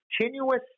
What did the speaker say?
continuous